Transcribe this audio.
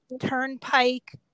turnpike